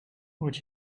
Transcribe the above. would